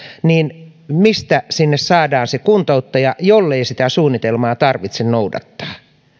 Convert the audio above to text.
niin mistä sinne saadaan se kuntouttaja jollei sitä suunnitelmaa tarvitse noudattaa